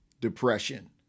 depression